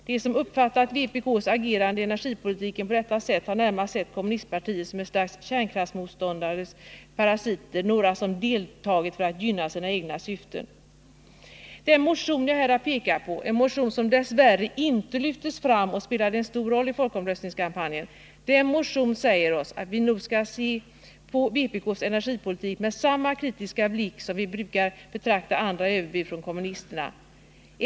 De som uppfattat vpk:s agerande i energipolitiken på detta vis har närmast sett kommunistpartiet som ett slags kärnkraftsmotståndets parasiter — några som deltagit för att gynna sina egna syften. Den motion jag här har pekat på — en motion som dess värre inte lyftes fram och spelade en stor roll i folkomröstningskampanjen — säger oss att vi nog skall se på vpk:s energipolitik med samma kritiska blick som vi brukar betrakta andra överbud från kommunisterna med.